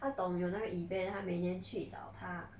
她懂有那个 event 她每年去找他